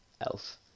Elf